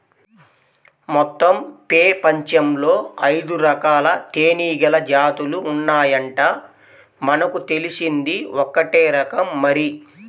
మొత్తం పెపంచంలో ఐదురకాల తేనీగల జాతులు ఉన్నాయంట, మనకు తెలిసింది ఒక్కటే రకం మరి